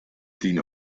tien